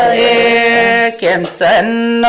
a game then